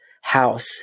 house